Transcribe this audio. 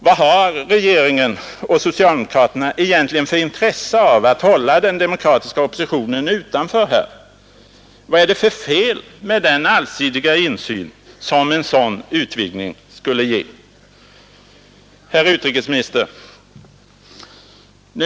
Vad har regeringen och socialdemokraterna för intresse av att hålla den demokratiska oppositionen utanför? Vad är det för fel med den allsidiga insyn som en sådan utvidgning skulle ge? Herr utrikesminister!